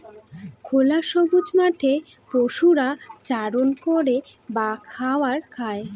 খোলা সবুজ মাঠে পশুরা চারণ করে বা খাবার খায়